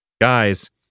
guys